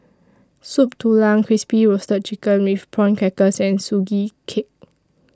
Soup Tulang Crispy Roasted Chicken with Prawn Crackers and Sugee Cake